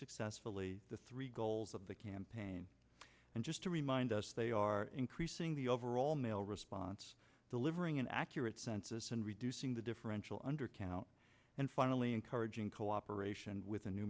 successfully the three goals of the campaign and just to remind us they are increasing the overall male response delivering an accurate census and reducing the differential undercount and finally encourage in cooperation with